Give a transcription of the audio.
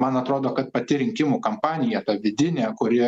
man atrodo kad pati rinkimų kampanija ta vidinė kuri